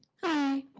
hi.